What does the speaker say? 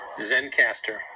Zencaster